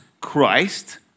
Christ